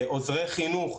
עוזרי חינוך,